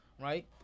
right